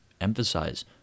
emphasize